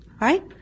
Right